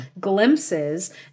glimpses